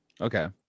okay